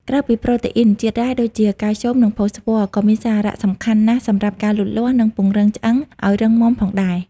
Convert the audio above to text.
ក្រៅពីប្រូតេអ៊ីន ជាតិរ៉ែដូចជា កាល់ស្យូម និងផូស្វ័រ ក៏មានសារៈសំខាន់ណាស់សម្រាប់ការលូតលាស់ និងពង្រឹង ឆ្អឹង ឱ្យរឹងមាំផងដែរ។